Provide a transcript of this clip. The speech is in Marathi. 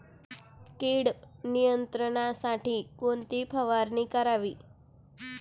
कीड नियंत्रणासाठी कोणती फवारणी करावी?